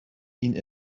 این